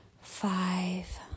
five